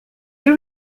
you